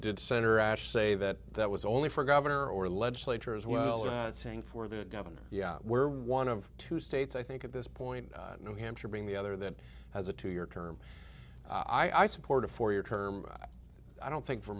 did senator ash say that that was only for governor or legislature as well are saying for the governor where one of two states i think at this point new hampshire being the other that has a two year term i support a four year term i don't think for